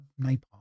napalm